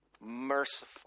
merciful